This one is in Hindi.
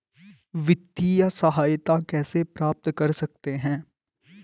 वित्तिय सहायता कैसे प्राप्त कर सकते हैं?